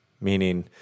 meaning